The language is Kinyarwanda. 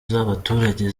z’abaturage